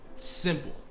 Simple